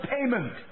payment